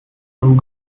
and